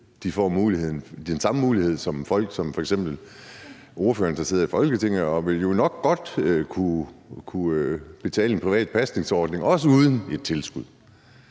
får den samme mulighed som folk som f.eks. ordføreren, der sidder i Folketinget og jo nok godt vil kunne betale for en privat pasningsordning, også uden et tilskud.